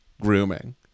Grooming